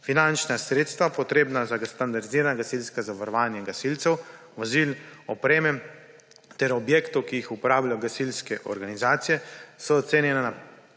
Finančna sredstva, potrebna za standardizirana gasilska zavarovanja gasilcev, vozil, opreme ter objektov, ki jih uporabljajo gasilske organizacije, so ocenjena na